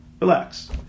relax